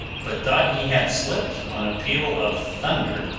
but thought he had slipped on a peal of thunder!